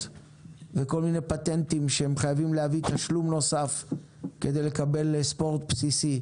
וכל מיני פטנטים שמחייבים להוסיף תשלום נוסף כדי לקבל ספורט בסיסי.